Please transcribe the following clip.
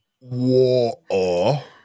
Water